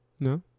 No